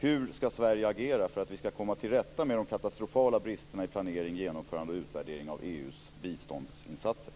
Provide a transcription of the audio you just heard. Hur ska Sverige agera för att vi ska komma till rätta med de katastrofala bristerna i planering, genomförande och utvärdering av EU:s biståndsinsatser?